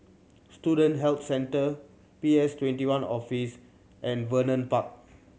Student Health Centre P S Twenty one Office and Vernon Park